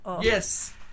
Yes